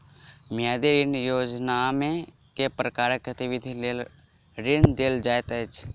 मियादी ऋण योजनामे केँ प्रकारक गतिविधि लेल ऋण देल जाइत अछि